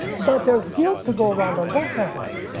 but there's guilt to go around on both sides.